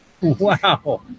Wow